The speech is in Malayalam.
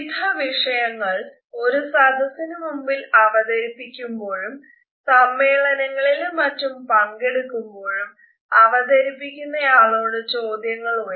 വിവിധ വിഷയങ്ങൾ ഒരു സദസിന് മുന്നിൽ അവതരിപ്പിക്കുമ്പോഴും സമ്മേളനങ്ങളിലും മറ്റും പങ്കെടുക്കുമ്പോഴും അവതരിപ്പിക്കുന്നയാളോട് ചോദ്യങ്ങൾ ഉയരാം